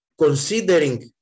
considering